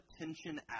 attention